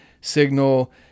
signal